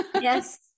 Yes